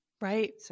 Right